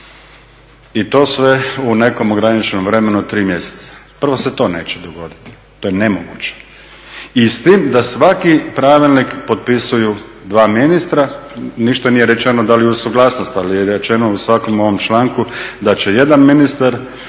i to sve u nekom ograničenom vremenu od tri mjeseca. Prvo se to neće dogoditi, to je nemoguće. I s tim da svaki pravilnik potpisuju dva ministra. Ništa nije rečeno da li uz suglasnost, ali je rečeno u svakom ovom članku da će jedan ministar